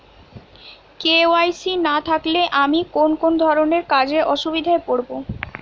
KYC না থাকলে আমি কোন কোন ধরনের কাজে অসুবিধায় পড়ব?